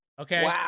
Okay